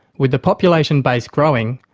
with the population base growing,